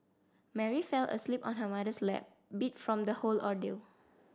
Mary fell asleep on her mother's lap beat from the whole ordeal